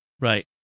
Right